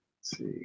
see